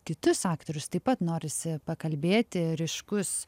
kitus aktorius taip pat norisi pakalbėti ryškus